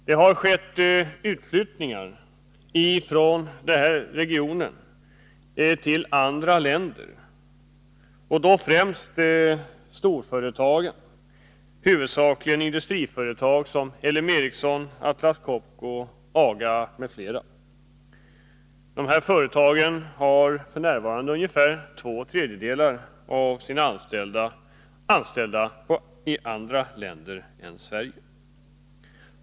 Det har skett utflyttningar av verksamheten från regionen till andra länder, och då har det framför allt varit storföretag, huvudsakligen industriföretag, såsom Ericsson, Atlas Copco och AGA, som flyttat verksamheten utomlands. De här företagen har f. n. ungefär två tredjedelar av sina anställda i andra länder än Sverige.